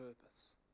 purpose